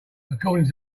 according